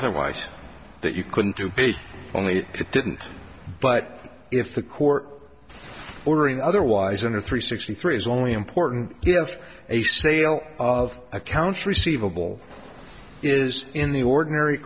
otherwise that you couldn't do it only if it didn't but if the court ordering otherwise under three sixty three is only important if a sale of accounts receivable is in the ordinary